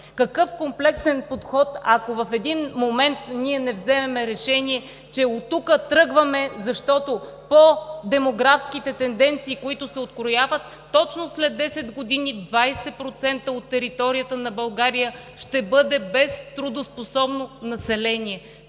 Какъв комплексен подход, ако в един момент ние не вземем решение, че тръгваме оттук? По демографските тенденции, които се открояват, точно след 10 години 20% от територията на България ще бъде без трудоспособно население.